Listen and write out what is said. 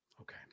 okay